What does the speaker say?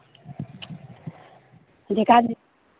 ꯍꯧꯖꯤꯛꯀꯥꯟꯗꯤ